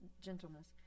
gentleness